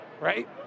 right